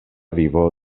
vivo